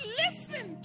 listen